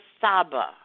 Saba